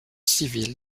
civile